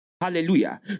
Hallelujah